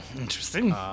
interesting